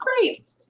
great